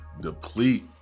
deplete